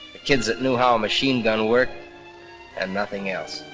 the kids that knew how a machine gun worked and nothing else,